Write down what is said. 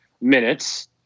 minutes